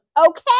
okay